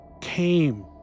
came